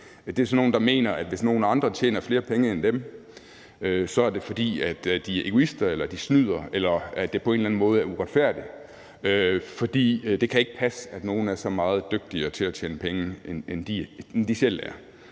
Det er sådan nogle, der mener, at hvis nogle andre tjener flere penge end dem, så er det, fordi de er egoister eller de snyder, eller at det på en eller anden måde er uretfærdigt. For det kan ikke passe, at nogle er så meget dygtigere til at tjene penge, end de selv er.